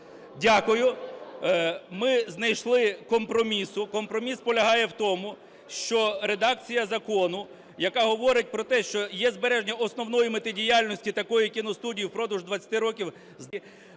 Дякую. Ми знайшли компромісу, компроміс полягає в тому, що редакція закону, яка говорить про те, що є збереження основної мети діяльності такої кіностудії впродовж 20 років